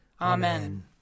Amen